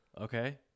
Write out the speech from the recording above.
okay